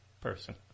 person